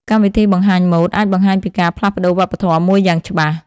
កម្មវិធីបង្ហាញម៉ូដអាចបង្ហាញពីការផ្លាស់ប្តូរវប្បធម៌មួយយ៉ាងច្បាស់។